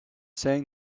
saying